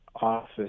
office